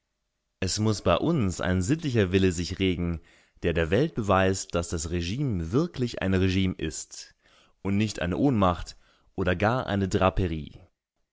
es muß bei uns ein sittlicher wille sich regen der der welt beweist daß das regime wirklich ein regime ist und nicht eine ohnmacht oder gar eine draperie